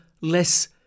less